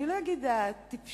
אני לא אגיד הטיפשות,